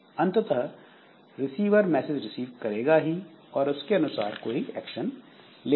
अंततः receiver message receive करेगा ही और उसके अनुसार कोई एक्शन लेगा